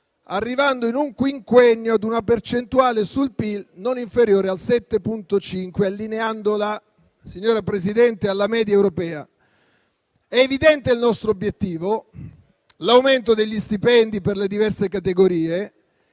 arrivando in un quinquennio ad una percentuale sul PIL non inferiore al 7,5, allineandola, signora Presidente, alla media europea. È evidente il nostro obiettivo: l'aumento degli stipendi per le diverse categorie;